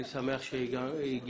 אני שמח על כך.